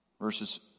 Verses